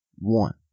one